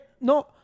No